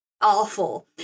awful